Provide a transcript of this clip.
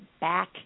back